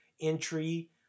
entry